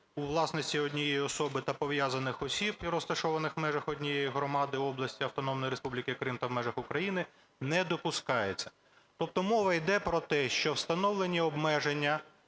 у власності однієї особи та пов'язаних осіб і розташованих у межах однієї громади, області, Автономної Республіки Крим та в межах України не допускається". Тобто мова йде про те, що встановлені обмеження